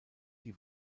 die